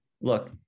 look